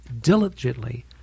diligently